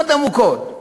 מאוד עמוקות,